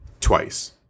twice